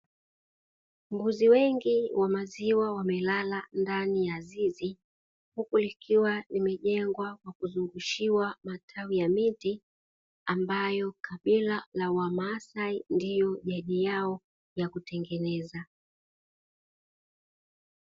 Mbuzi wengi wa maziwa wamelala ndani ya zizi, huku likiwa kimejengwa kwa kuzungushiwa matawi ya miti ambayo kabila la wa maasai ndio jadi yao ya kutengeneza.